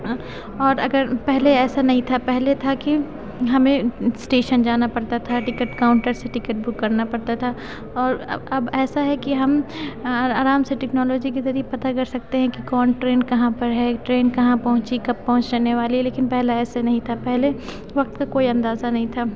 اور اگر پہلے ایسا نہیں تھا پہلے تھا کہ ہمیں اسٹیشن جانا پڑتا تھا ٹکٹ کاؤنٹر سے ٹکٹ بک کرنا پڑتا تھا اور اب ایسا ہے کہ ہم آرام سے ٹیکنالوجی کے ذریعے پتہ کر سکتے ہیں کہ کون ٹرین کہاں پر ہے ٹرین کہاں پہنچی کب پہنچنے والی ہے لیکن پہلے ایسا نہیں تھا پہلے وقت کا کوئی اندازہ نہیں تھا